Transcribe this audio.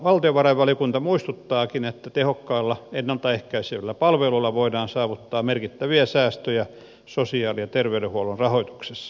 valtiovarainvaliokunta muistuttaakin että tehokkailla ennalta ehkäisevillä palveluilla voidaan saavuttaa merkittäviä säästöjä sosiaali ja terveydenhuollon rahoituksessa